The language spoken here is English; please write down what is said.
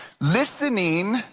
Listening